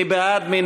מי בעד?